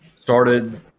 started